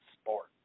sport